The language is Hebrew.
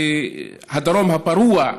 הדרום הפרוע,